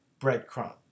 breadcrumb